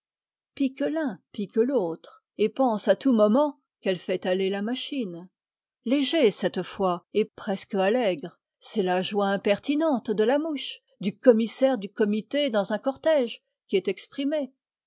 pique l'un pique l'autre et pense à tout moment qu'elle fait aller la machine léger cette fois et presque allègre c'est la joie impertinente de la mouche du commissaire du comité dans un cortège qui est exprimée